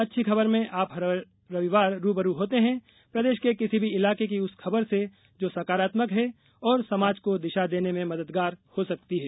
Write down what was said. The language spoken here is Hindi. अच्छी खबरमें आप हर रविवार रूबरू होते हैं प्रदेश के किसी भी इलाके की उस खबर से जो सकारात्मक है और समाज को दिशा देने में मददगार हो सकती है